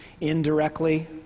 indirectly